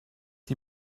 die